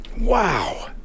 Wow